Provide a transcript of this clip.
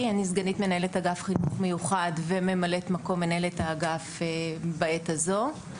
אני סגנית מנהלת אגף חינוך מיוחד וממלאת-מקום מנהל האגף בעת הזאת.